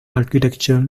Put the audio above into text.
architecture